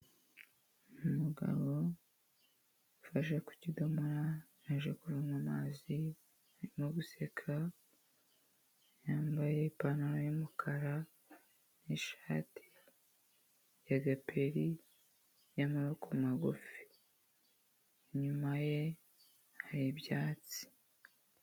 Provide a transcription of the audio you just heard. Umugabo ufashe ku kidomoro aje kunywa mazi arimo guseka, yambaye ipantaro y'umukara nishati ya gaperi y'amaboko magufi. Inyuma ye hari ibyatsi.